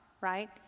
right